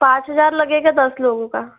पाँच हज़ार लगेगा दस लोगों का